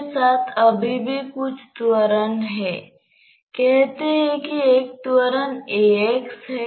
तो यहाँ हम कहते हैं कि ρ एक स्थिरांक है